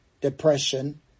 depression